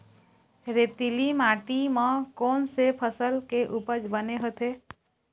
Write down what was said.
रेतीली माटी म कोन से फसल के उपज बने होथे?